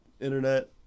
internet